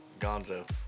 Gonzo